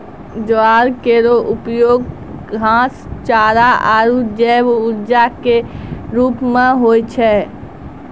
ज्वार केरो उपयोग खाद्य, चारा आरु जैव ऊर्जा क रूप म होय छै